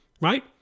Right